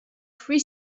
free